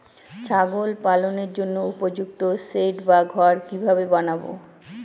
ছাগল পালনের জন্য উপযুক্ত সেড বা ঘর কিভাবে বানাবো?